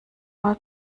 mal